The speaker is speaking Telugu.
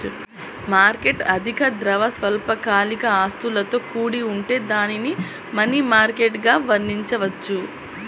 మార్కెట్ అధిక ద్రవ, స్వల్పకాలిక ఆస్తులతో కూడి ఉంటే దానిని మనీ మార్కెట్గా వర్ణించవచ్చు